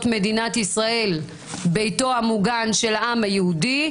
מדינת ישראל ביתו המוגן של העם היהודי,